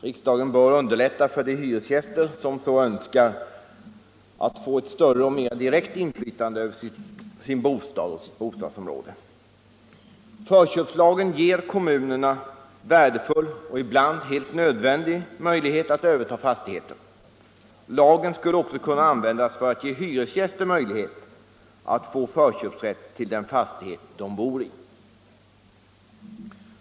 Riksdagen bör underlätta för de hyresgäster som så önskar att utöva ett större och mera direkt inflytande över sin bostad och sitt bostadsområde. Förköpslagen ger kommunerna en värdefull och ibland helt nödvändig möjlighet att överta fastigheter. Lagen skulle också kunna användas för att tillförsäkra hyresgäster förköpsrätt till den fastighet de bor i.